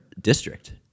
district